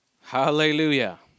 Hallelujah